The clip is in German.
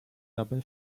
dabei